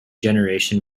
generation